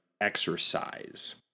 exercise